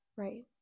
right